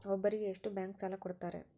ಒಬ್ಬರಿಗೆ ಎಷ್ಟು ಬ್ಯಾಂಕ್ ಸಾಲ ಕೊಡ್ತಾರೆ?